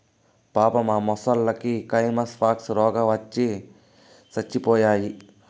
పాపం ఆ మొసల్లకి కైమస్ పాక్స్ రోగవచ్చి సచ్చిపోయాయి